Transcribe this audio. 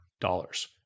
dollars